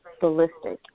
ballistic